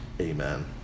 Amen